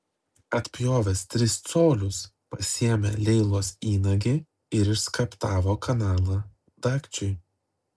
atpjovęs tris colius pasiėmė leilos įnagį ir išskaptavo kanalą dagčiui